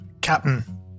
captain